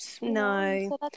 No